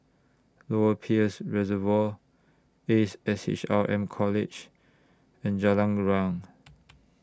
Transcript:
Lower Peirce Reservoir Ace S H R M College and Jalan Riang